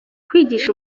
kwigisha